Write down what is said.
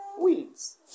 weeds